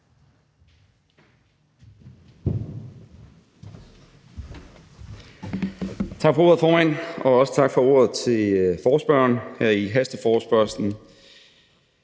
Tak for ordet, formand. Og også tak for ordet til ordføreren for forespørgerne